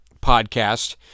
podcast